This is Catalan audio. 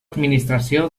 administració